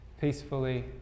peacefully